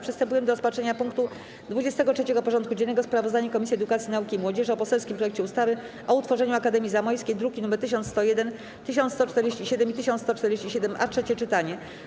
Przystępujemy do rozpatrzenia punktu 23. porządku dziennego: Sprawozdanie Komisji Edukacji, Nauki i Młodzieży o poselskim projekcie ustawy o utworzeniu Akademii Zamojskiej (druki nr 1101, 1147 i 1147-A) - trzecie czytanie.